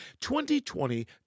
2020